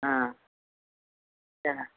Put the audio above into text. ஆ சரி